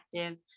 active